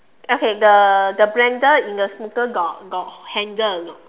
okay the the blender in the smoothie got got handle or not